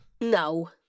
No